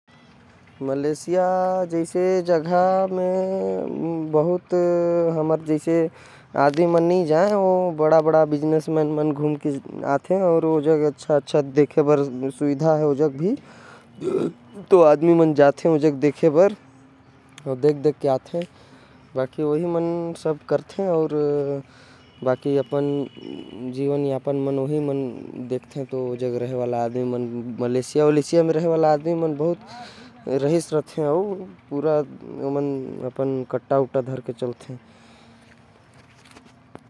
मलेशिया म हमन जैसा आदमी नही जाथे। वहा व्यापारी मन जाथे। ओहो बहुत सुग्घर देश हवे। अउ वहा बहुते रईस मन जाथे।